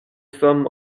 some